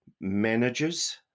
managers